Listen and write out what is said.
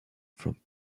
from